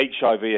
HIV